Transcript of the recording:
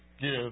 give